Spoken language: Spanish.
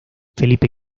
felipe